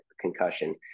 concussion